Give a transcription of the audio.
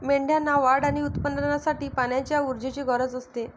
मेंढ्यांना वाढ आणि उत्पादनासाठी पाण्याची ऊर्जेची गरज असते